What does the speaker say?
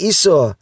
Esau